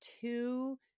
two